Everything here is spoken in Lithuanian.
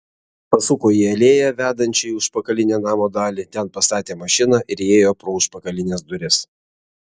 pasuko į alėją vedančią į užpakalinę namo dalį ten pastatė mašiną ir įėjo pro užpakalines duris